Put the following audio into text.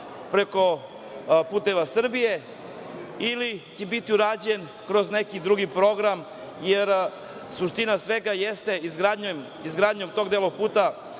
preko „Puteva Srbije“, ili će biti urađen kroz neki drugi program? Suština svega jeste da je izgradnja tog dela puta